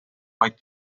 maent